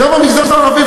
גם במגזר הערבי,